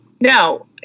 No